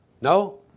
No